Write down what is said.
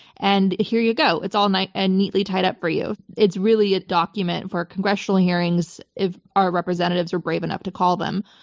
and here you go. it's all and neatly tied up for you. it's really a document for congressional hearings if our representatives are brave enough to call them.